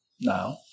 now